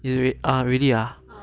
ah really ah